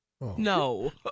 No